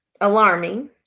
alarming